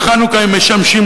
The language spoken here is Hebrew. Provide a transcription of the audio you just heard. בחנוכה הם משמשים,